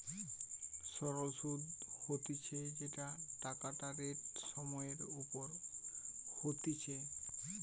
সরল সুধ হতিছে যেই টাকাটা রেট সময় এর ওপর হতিছে